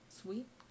sweet